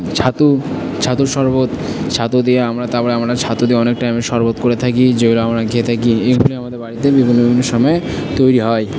ছাতু ছাতুর শরবত ছাতু দিয়ে আমরা তাপরে আমরা ছাতু দিয়ে অনেক টাইমে শরবত করে থাকি যেগুলো আমরা খেয়ে থাকি এইগুলি আমাদের বাড়িতে বিভিন্ন বিভিন্ন সময় তৈরি হয়